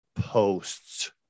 posts